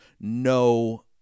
no